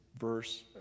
verse